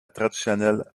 traditionnelle